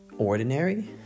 ordinary